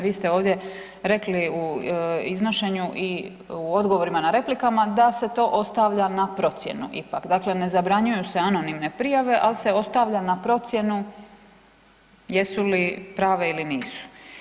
Vi ste ovdje rekli u iznošenju i u odgovorima na replike da se to ostavlja na procjenu ipak, dakle ne zabranjuju se anonimne prijave, ali se ostavlja na procjenu jesu li prave ili nisu.